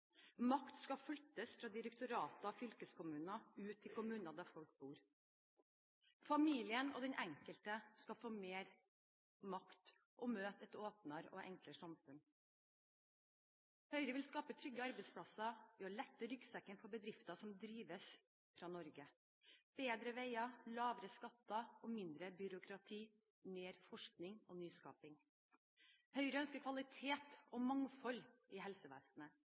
Makt skal flyttes fra direktorater og fylkeskommuner ut til kommunene der folk bor. Familien og den enkelte skal få mer makt og møte et åpnere og enklere samfunn. Høyre vil skape trygge arbeidsplasser ved å lette ryggsekken for bedrifter som drives fra Norge, bedre veier, lavere skatter og mindre byråkrati, mer forskning og nyskaping. Høyre ønsker kvalitet og mangfold i